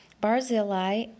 Barzillai